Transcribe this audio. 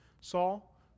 Saul